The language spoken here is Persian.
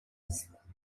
است